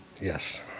Yes